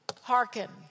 hearken